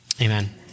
amen